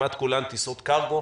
כשכמעט כולן טיסות קרגו.